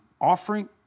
offering